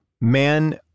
man